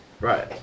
right